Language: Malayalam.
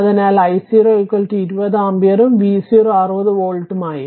അതിനാൽ I0 20 ആംപിയറും V0 60V ആയി